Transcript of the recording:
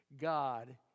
God